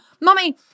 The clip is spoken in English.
mommy